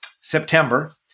September